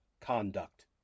conduct